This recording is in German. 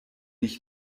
ich